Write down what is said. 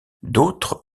d’autres